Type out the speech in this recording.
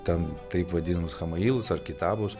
ten taip vadinamus chamailus arkitavus